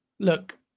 Look